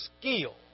skill